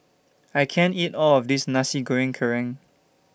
I can't eat All of This Nasi Goreng Kerang